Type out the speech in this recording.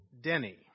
Denny